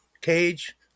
Cage